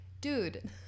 dude